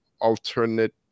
alternate